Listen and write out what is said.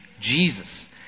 Jesus